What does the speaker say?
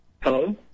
Hello